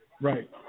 Right